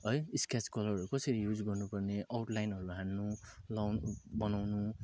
है स्केच कलरहरू कसरी युज गर्नुपर्ने आउट लाइनहरूलाई हान्नु लङ बनाउनु